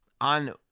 on